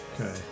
Okay